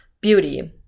beauty